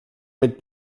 mit